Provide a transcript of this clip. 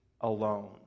alone